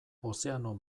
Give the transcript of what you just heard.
ozeano